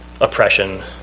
oppression